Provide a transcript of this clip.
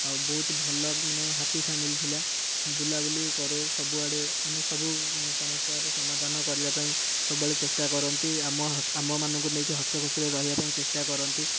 ଆଉ ବହୁତ ଭଲ ମାନେ ହାପି ଫ୍ୟାମିଲି ଥିଲା ବୁଲାବୁଲି କରୁ ସବୁ ଆଡ଼େ ମାନେ ସବୁ ସମସ୍ୟାର ସମାଧାନ କରିବା ପାଇଁ ସବୁବେଳେ ଚେଷ୍ଟା କରନ୍ତି ଆମ ମାନଙ୍କୁ ନେଇକି ହସ ଖୁସିରେ ରହିବାକୁ ଚେଷ୍ଟା କରନ୍ତି